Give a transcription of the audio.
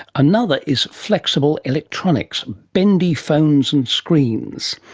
another is flexible electronics, bendy phones and screens.